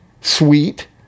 Sweet